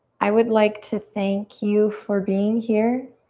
i would like to thank you for being here.